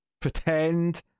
pretend